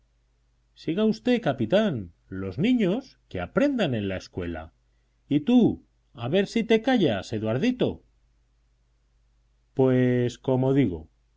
siga usted capitán los niños que aprendan en la escuela y tú a ver si te callas eduardito pues como digo